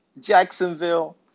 Jacksonville